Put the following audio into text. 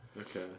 Okay